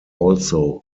also